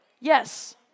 Yes